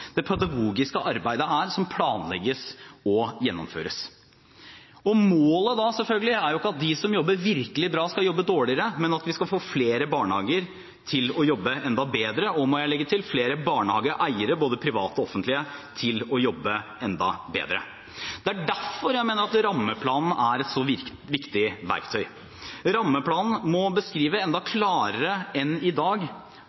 det pedagogiske arbeidet som planlegges og gjennomføres, er. Målet er selvfølgelig ikke at de som jobber virkelig bra, skal jobbe dårligere, men at vi skal få flere barnehager til å jobbe enda bedre, og – må jeg legge til – flere barnehageeiere, både private og offentlige, til å jobbe enda bedre. Det er derfor jeg mener at rammeplanen er et så viktig verktøy. Rammeplanen må beskrive enda